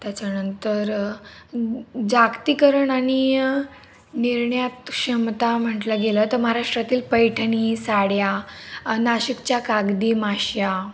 त्याच्यानंतर जागतिकीकरण आणि निर्ण्यात क्षमता म्हटलं गेलं तर महाराष्ट्रातील पैठणी साड्या नाशिकच्या कागदी माश्या